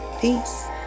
peace